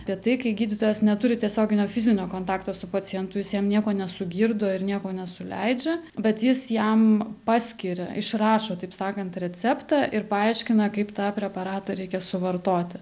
apie tai kai gydytojas neturi tiesioginio fizinio kontakto su pacientu jis jam nieko nesugirdo ir nieko nesuleidžia bet jis jam paskiria išrašo taip sakant receptą ir paaiškina kaip tą preparatą reikia suvartoti